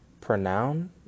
Pronoun